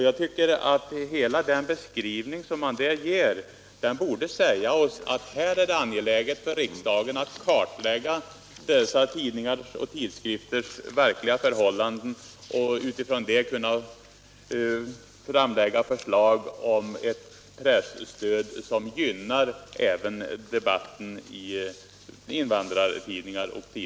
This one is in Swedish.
Jag tycker att hela den beskrivningen bör säga oss att det är angeläget för riksdagen att kartlägga dessa tidningars och tidskrifters verkliga förhållanden och utifrån det kunna utforma ett presstöd som främjar debatten även i dessa tidningar.